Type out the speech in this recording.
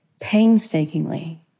painstakingly